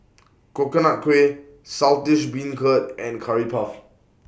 Coconut Kuih Saltish Beancurd and Curry Puff